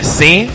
see